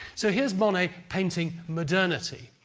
so, here's monet painting modernity.